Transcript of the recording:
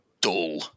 dull